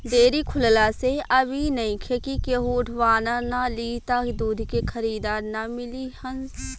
dairy खुलला से अब इ नइखे कि केहू उठवाना ना लि त दूध के खरीदार ना मिली हन